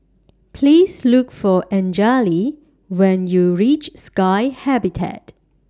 Please Look For Anjali when YOU REACH Sky Habitat